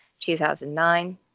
2009